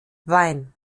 wein